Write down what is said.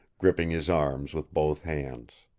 gripping his arms with both hands.